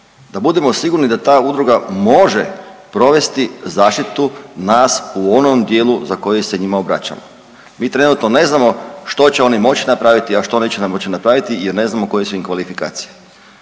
da budemo sigurni da ta udruga može provesti zaštitu nas u onom dijelu za koji se njima obraćamo. Mi trenutno ne znamo što će oni moći napraviti, a što neće nam moći napraviti jer ne znamo koje su im kvalifikacije.